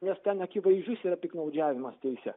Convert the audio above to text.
nes ten akivaizdus yra piktnaudžiavimas teise